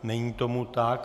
Není tomu tak.